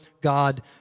God